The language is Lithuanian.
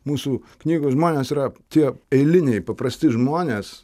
mūsų knygos žmonės yra tie eiliniai paprasti žmonės